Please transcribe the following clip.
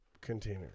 container